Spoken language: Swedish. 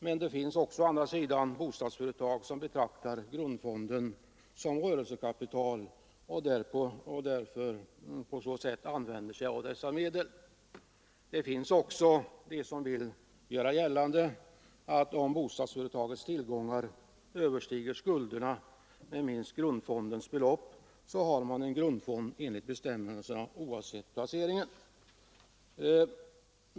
Men det finns också andra bostadsföretag som betraktar grundfonden som rörelsekapital och på så sätt använder sig av dessa medel. Det finns också de som vill göra gällande att om bostadsföretagets tillgångar överstiger skulderna med minst grundfondens belopp har man en grundfond enligt bestämmelserna oavsett placeringen.